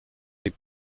des